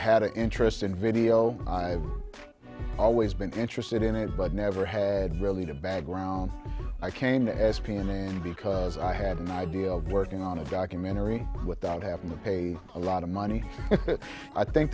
had an interest in video i've always been interested in it but never had really bad ground i came to s p and because i had an idea of working on a documentary without having to pay a lot of money i think